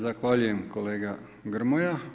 Zahvaljujem kolega Grmoja.